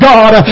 God